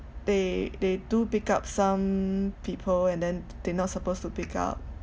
they they do pick up some people and then th~ they not supposed to pick up